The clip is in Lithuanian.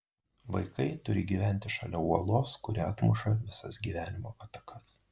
vaikai turi gyventi šalia uolos kuri atmuša visas gyvenimo atakas